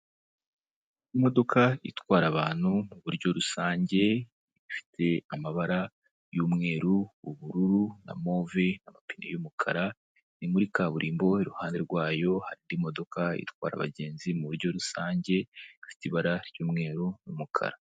Imodoka itwara abantu mu buryo rusange, ifite amabara y'umweru, ubururu na move, amapine y'umukara, ni muri kaburimbo iruhande rwayo hari indi modoka itwara abagenzi mu buryo rusange ifite ibara ry'umweru n'umukara.